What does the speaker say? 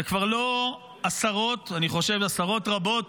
זה כבר לא עשרות, אני חושב, עשרות רבות.